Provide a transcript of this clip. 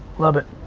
love it.